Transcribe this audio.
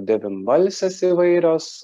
devynbalsės įvairios